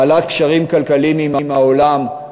בעלת קשרים כלכליים עם העולם,